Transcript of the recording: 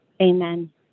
Amen